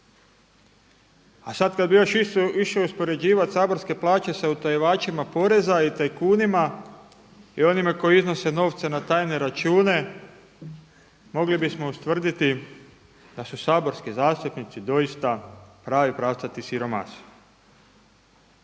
A sad kad bi još išao uspoređivati saborske plaće sa utajivačima poreza i tajkunima i onima koji iznose novce na tajne račune, mogli bismo ustvrditi da su saborski zastupnici doista pravi pravcati siromasi.